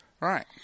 Right